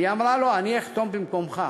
והיא אמרה לו: אני אחתום במקומך.